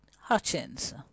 Hutchins